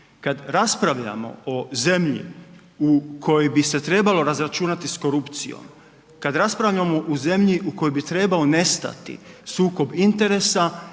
Kad raspravljamo o zemlju u kojoj bi se trebalo razračunati s korupcijom, kad raspravljamo u zemlji u kojoj bi trebao nestati sukob interesa,